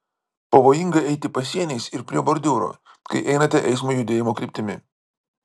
pavojinga eiti pasieniais ir prie bordiūro kai einate eismo judėjimo kryptimi